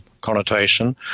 connotation